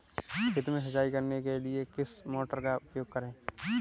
खेत में सिंचाई करने के लिए किस मोटर का उपयोग करें?